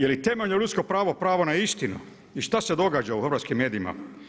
Je li temeljno ljudsko pravo pravo na istinu i šta se događa u hrvatskim medijima?